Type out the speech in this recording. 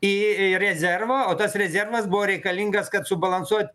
į į rezervą o tas rezervas buvo reikalingas kad subalansuot